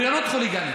בריונות חוליגנית.